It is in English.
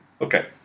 Okay